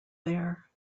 there